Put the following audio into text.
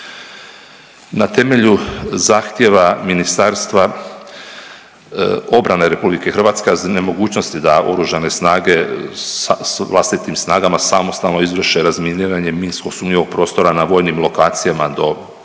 Na temelju zahtjeva Ministarstvo obrane RH, a nemogućnosti da Oružane snage s vlastitim snagama, samostalno izvrše razminiranje minsko sumnjivog prostora na vojnim lokacijama do predviđenog